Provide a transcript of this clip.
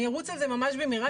אני ארוץ ממש במהרה,